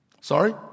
Sorry